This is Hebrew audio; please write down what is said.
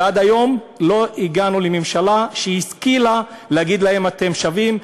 ועד היום לא הגענו לממשלה שהשכילה להגיד להם: אתם שווים.